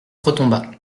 retomba